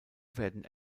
werden